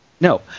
No